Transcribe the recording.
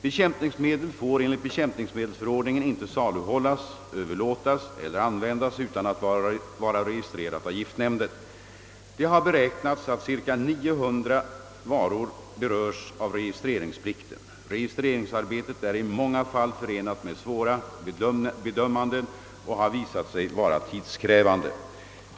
Bekämpningsmedel får enligt bekämpningsmedelsförordningen inte saluhållas, överlåtas eller användas utan att vara registrerat av giftnämnden. Det har beräknats att ca 900 varor berörs av registreringsplikten. Registreringsarbetet är i många fall förenat med svåra bedömanden och har visat sig vara tidskrävande.